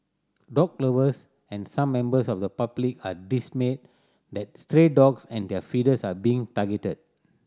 dog lovers and some members of the public are dismayed that stray dog and their feeders are being targeted